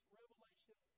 revelation